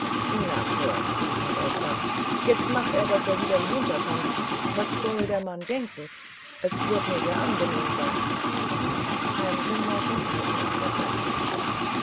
nachher rief herr wolfgang jetzt mach er daß er wieder hinunterkommt was soll der mann denken wird mir sehr angenehm sein heimken war schon draußen auf der treppe